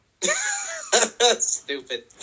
Stupid